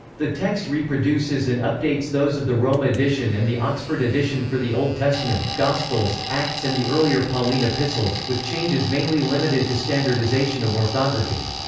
the text reproduces and updates those of the rome edition and the oxford edition for the old testament, gospels, acts and the earlier pauline epistles with changes mainly limited to standardisation of orthography.